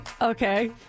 Okay